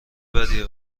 بدیه